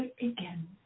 again